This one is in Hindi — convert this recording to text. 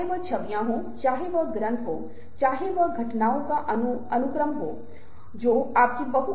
हम कैसे अनुमान लगाते हैं जब लोग झूठ बोल रहे हैं हम कैसे अनुमान लगाते हैं कि जब लोग सच कह रहे हैं